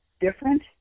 different